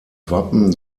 wappen